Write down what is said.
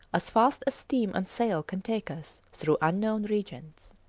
as fast steam and sail can take us through unknown regions.